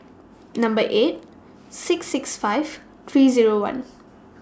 Number eight six six five three Zero one